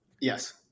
Yes